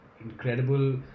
incredible